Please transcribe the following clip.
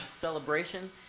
celebration